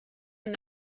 and